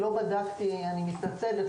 אני מתנצלת,